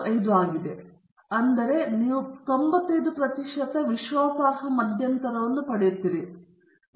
95 ಆಗಿದೆ ನಂತರ ನೀವು 95 ಪ್ರತಿಶತ ವಿಶ್ವಾಸಾರ್ಹ ಮಧ್ಯಂತರವನ್ನು ಪಡೆಯುತ್ತೀರಿ